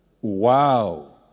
Wow